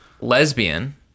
lesbian